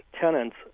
tenants